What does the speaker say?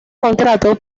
contrato